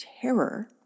terror